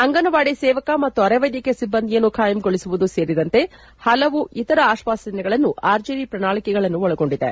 ಅಂಗನವಾಡಿ ಸೇವಕ ಮತ್ತು ಅರೆವ್ಲೆದ್ಯಕೀಯ ಸಿಬ್ಬಂದಿಯನ್ನು ಕಾಯಂಗೊಳಿಸುವುದು ಸೇರಿದಂತೆ ಹಲವು ಇತರ ಆಶ್ವಾಸನೆಗಳನ್ನು ಆರ್ ಜೆಡಿ ಪ್ರಣಾಳೆಗಳನ್ನು ಒಳಗೊಂಡಿದೆ